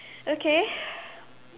okay